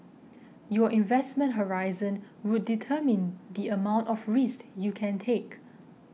your investment horizon would determine the amount of risks you can take